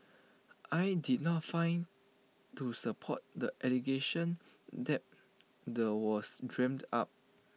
I did not find to support the allegation that the was dreamt up